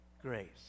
grace